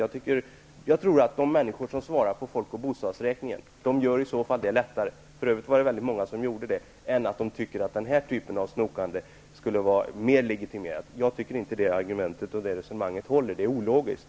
Jag tror att människor i så fall har lättare att svara på folk och bostadsräkningen -- vilket för övrigt väldigt många människor gjorde -- och att de tycker att det är mer legitimerat än den här typen av snokande. Jag tycker inte att Richard Ulfvengrens argument och resonemang håller. Det är ologiskt.